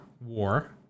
war